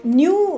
new